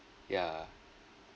ya